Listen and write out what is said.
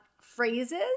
phrases